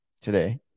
today